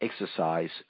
exercise